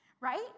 right